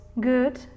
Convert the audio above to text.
good